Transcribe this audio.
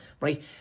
right